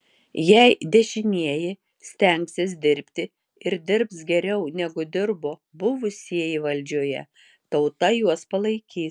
jei dešinieji stengsis dirbti ir dirbs geriau negu dirbo buvusieji valdžioje tauta juos palaikys